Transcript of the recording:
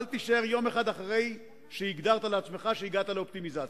אל תישאר יום אחד אחרי שהגדרת לעצמך שהגעת לאופטימיזציה.